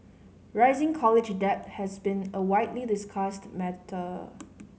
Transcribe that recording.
rising college debt has been a widely discussed matter